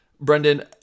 Brendan